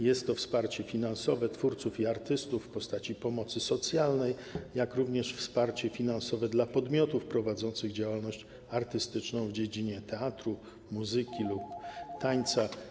Jest to wsparcie finansowe twórców i artystów w postaci pomocy socjalnej, jak również wsparcie finansowe dla podmiotów prowadzących działalność artystyczną w dziedzinie teatru, muzyki lub tańca.